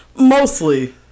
mostly